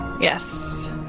Yes